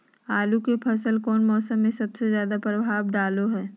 आलू के फसल में कौन मौसम सबसे ज्यादा प्रभाव डालो हय?